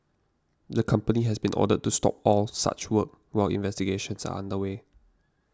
the company has been ordered to stop all such work while investigations are under way